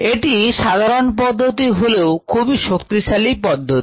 এটি সাধারণ পদ্ধতি হলেও খুবই শক্তিশালী পদ্ধতি